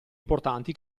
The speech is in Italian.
importanti